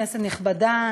כנסת נכבדה,